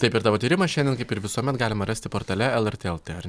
taip ir tavo tyrimą šiandien kaip ir visuomet galima rasti portale lrt lt ar